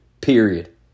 Period